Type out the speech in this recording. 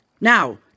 Now